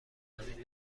زمین